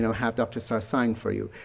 have dr. starr sign for you.